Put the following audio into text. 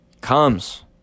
comes